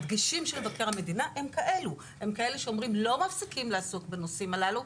הדגשים של מבקר המדינה הם כאלה שאומרים לא מפסיקים לעסוק בנושאים הללו,